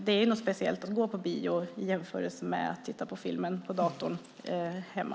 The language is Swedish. Det är något speciellt att gå på bio i jämförelse med att titta på filmen på datorn hemma.